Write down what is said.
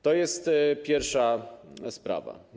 To jest pierwsza sprawa.